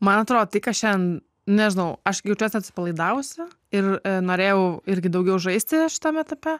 man atrodo tai ką šiandien nežinau aš jaučiuosi atsipalaidavusi ir norėjau irgi daugiau žaisti šitam etape